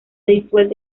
disuelta